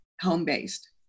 home-based